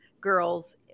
girls